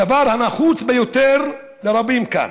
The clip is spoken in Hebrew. זה הדבר הנחוץ ביותר לרבים כאן,